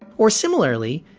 or similarly,